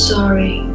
Sorry